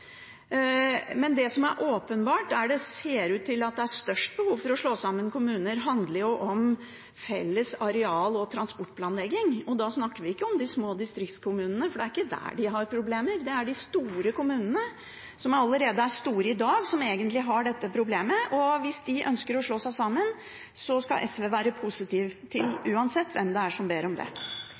størst behov for å slå sammen kommuner, handler det om felles areal- og transportplanlegging. Da snakker vi ikke om de små distriktskommunene, for det er ikke der de har problemer. Det er de store kommunene, som allerede er store i dag, som egentlig har dette problemet. Hvis de ønsker å slå seg sammen, så skal SV være positiv til det – uansett hvem det er som ber om det.